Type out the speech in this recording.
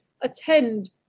attend